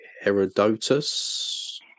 Herodotus